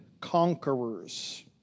conquerors